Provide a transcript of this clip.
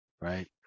right